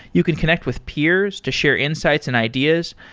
you can connect with peers to share insights and ideas.